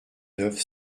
neuf